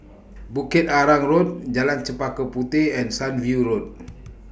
Bukit Arang Road Jalan Chempaka Puteh and Sunview Road